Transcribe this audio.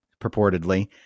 purportedly